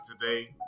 today